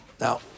Now